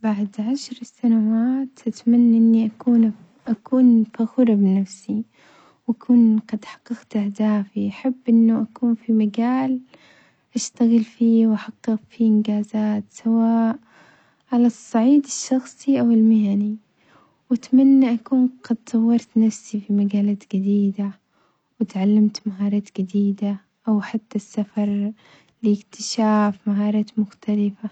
بعد عشر سنوات أتمنى إني أكون أكون فخورة بنفسي وأكون قد حققت أهدافي أحب أنه أكون في مجال أشتغل فيه وأحقق فيه إنجازات سواء على الصعيد الشخصي أو المهني، وأتمنى أكون قد طورت نفسي في مجالات جديدة واتعلمت مهارات جديدة أو حتى السفر لاكتشاف مهارات مختلفة.